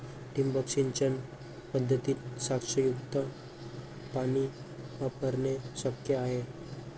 ठिबक सिंचन पद्धतीत क्षारयुक्त पाणी वापरणे शक्य आहे